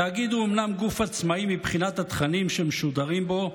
התאגיד הוא אומנם גוף עצמאי מבחינת התכנים שמשודרים בו,